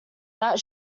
that